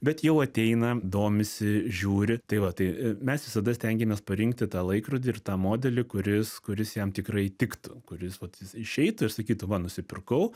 bet jau ateina domisi žiūri tai va tai mes visada stengiamės parinkti tą laikrodį ir tą modelį kuris kuris jam tikrai tiktų kuris vat jis išeitų ir sakytų va nusipirkau